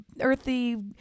earthy